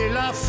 la